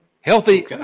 Healthy